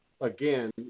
again